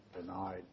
denied